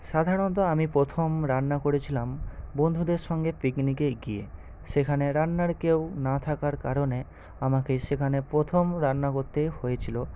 সাধারণত আমি প্রথম রান্না করেছিলাম বন্ধুদের সঙ্গে পিকনিকে গিয়ে সেখানে রান্নার কেউ না থাকার কারণে আমাকে সেখানে প্রথম রান্না করতে হয়েছিল